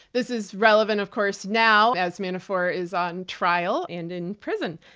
this is relevant of course now, as manafort is on trial and in prison.